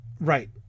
Right